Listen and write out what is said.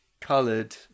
coloured